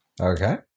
Okay